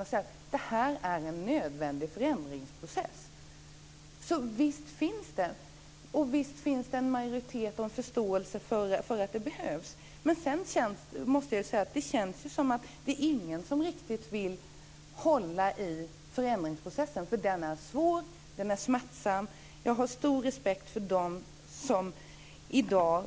De sade att detta är en nödvändig förändringsprocess. Så visst finns det en majoritet och en förståelse för att det behövs. Men det känns som om ingen riktigt vill hålla i förändringsprocessen, eftersom den är svår och smärtsam. Och jag har stor respekt för dem som i dag